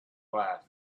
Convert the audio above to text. life